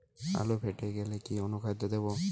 আলু ফেটে গেলে কি অনুখাদ্য দেবো?